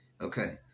Okay